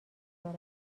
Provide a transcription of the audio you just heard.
دارد